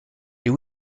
les